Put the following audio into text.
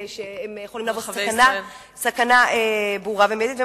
שיכולים להוות סכנה ברורה ומיידית.